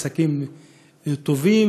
עסקים כרגיל,